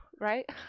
right